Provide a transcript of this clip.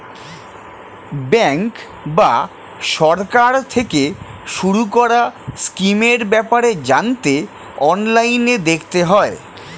bank বা সরকার থেকে শুরু করা স্কিমের ব্যাপারে জানতে অনলাইনে দেখতে হয়